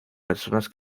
personas